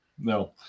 No